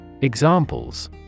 Examples